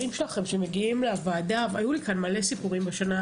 בשנה האחרונה היו לי כאן המון סיפורים,